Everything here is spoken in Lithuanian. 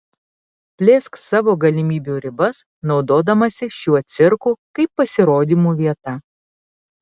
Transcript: plėsk savo galimybių ribas naudodamasi šiuo cirku kaip pasirodymų vieta